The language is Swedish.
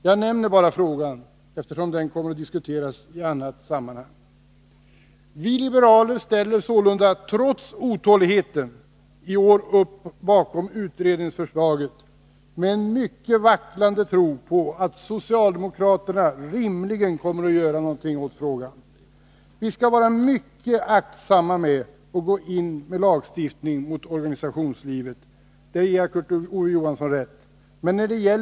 Jag nämner bara frågan, eftersom den kommer att diskuteras i annat sammanhang. Vi liberaler ställer sålunda, trots otåligheten, i år upp bakom förslaget om en utredning — med en mycket vacklande tro på att socialdemokraterna rimligen kommer att göra något åt frågan. Vi skall vara mycket försiktiga med att gå in med lagstiftning mot organisationslivet. På den punkten ger jag Kurt Ove Johansson rätt.